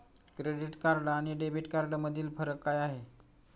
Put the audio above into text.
Credit card आणि debit कार्डमधील फरक काय आहे?